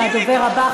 והדובר הבא,